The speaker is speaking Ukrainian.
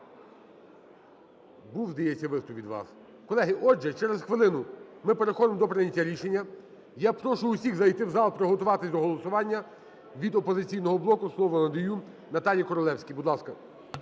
Був, здається, виступ від вас. Колеги, отже, через хвилину ми переходимо до прийняття рішення, я прошу усіх зайти в зал, приготуватись до голосування. Від "Опозиційного боку" слово надаю Наталії Королевській. Будь ласка.